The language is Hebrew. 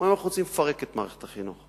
או שאנחנו רוצים לפרק את מערכת החינוך?